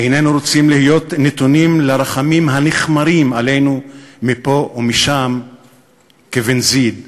איננו רוצים להיות נתונים לרחמים הנכמרים עלינו מפה ומשם כבנזיד עדשים.